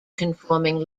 conforming